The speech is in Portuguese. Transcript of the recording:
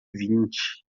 vinte